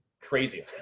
crazy